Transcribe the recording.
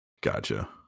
Gotcha